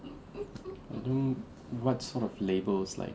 mm what sort of labels like